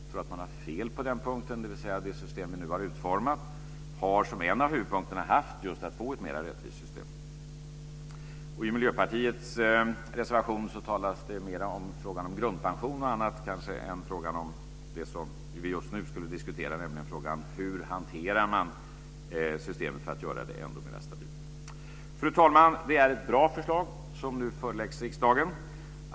Jag tror att man har fel på den punkten. En av huvudpunkterna när det gäller det system som vi nu har utformat har varit just att man skulle få ett mera rättvist system. I Miljöpartiets reservation talas det kanske mera om frågan om grundpension och annat än om den fråga som vi just nu skulle diskutera, nämligen frågan om hur man hanterar systemet för att göra det ännu mera stabilt. Fru talman! Det är ett bra förslag som nu föreläggs riksdagen.